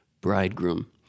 bridegroom